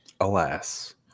alas